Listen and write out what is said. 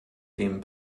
dem